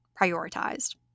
prioritized